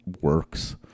works